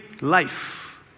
life